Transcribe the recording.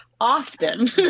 Often